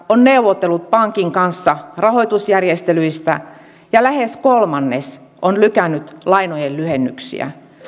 on neuvotellut pankin kanssa rahoitusjärjestelyistä ja lähes kolmannes on lykännyt lainojen lyhennyksiä